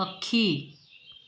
ପକ୍ଷୀ